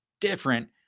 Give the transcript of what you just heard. different